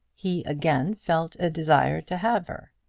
he again felt a desire to have her.